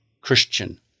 Christian